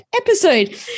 episode